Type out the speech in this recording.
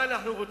מה אנחנו רוצים,